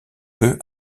peu